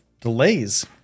delays